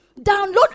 download